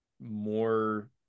more